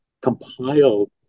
compiled